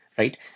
Right